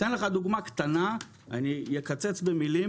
אתן לך דוגמא קטנה, אני אקצץ במילים